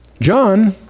John